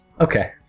Okay